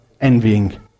envying